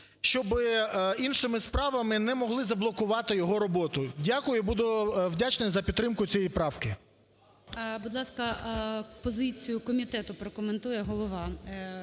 щоби іншими справами не могли заблокувати його роботу. Дякую. І буду вдячний за підтримку цієї правки. ГОЛОВУЮЧИЙ. Будь ласка, позицію комітету прокоментує голова.